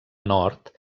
nord